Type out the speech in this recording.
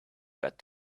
got